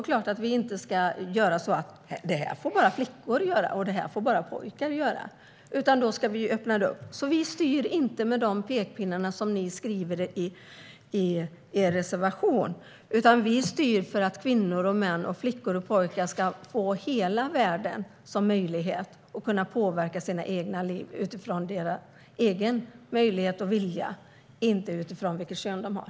Såklart säger vi inte att detta får bara flickor göra och detta får bara pojkar göra, utan vi öppnar upp. Vi styr alltså inte med de pekpinnar som ni skriver om i er reservation. Vi styr för att kvinnor, män, flickor och pojkar ska få hela världen som möjlighet och kunna påverka sina liv utifrån sin egen möjlighet och vilja, inte utifrån vilket kön de har.